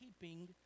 keeping